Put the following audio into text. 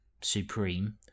Supreme